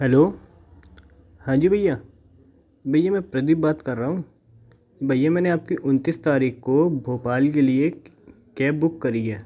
hello हाँ जी भैया भैया मैं प्रदीप बात कर रहा हूँ भैया मैंने आपकी उनतीस तारिख़ को भोपाल के लिए कैब बुक करी है